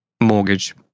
mortgage